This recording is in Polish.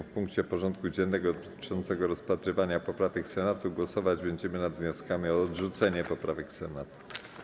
W punkcie porządku dziennego dotyczącym rozpatrywania poprawek Senatu głosować będziemy nad wnioskami o odrzucenie poprawek Senatu.